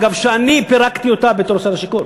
אגב, אני פירקתי אותה בתור שר השיכון.